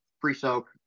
pre-soak